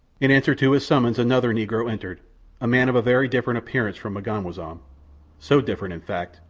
in answer to his summons another negro entered a man of very different appearance from m'ganwazam so different, in fact,